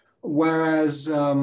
Whereas